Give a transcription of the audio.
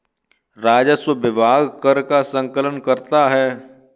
राजस्व विभाग कर का संकलन करता है